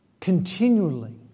continually